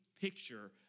picture